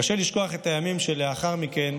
קשה לשכוח את הימים שלאחר מכן,